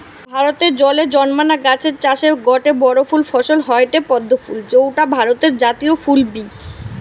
ভারতে জলে জন্মানা গাছের চাষের গটে বড় ফসল হয়ঠে পদ্ম ফুল যৌটা ভারতের জাতীয় ফুল বি